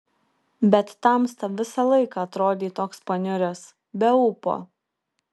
bet tamsta visą laiką atrodei toks paniuręs be ūpo